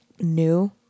new